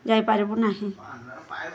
ଯାଇପାରିବୁ ନାହିଁ